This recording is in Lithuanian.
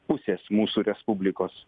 pusės mūsų respublikos